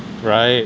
right